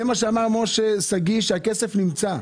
זה מה שאמר משה שגיא, שהכסף נמצא.